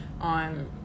on